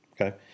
Okay